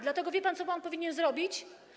Dlatego wie pan, co pan powinien zrobić?